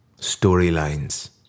storylines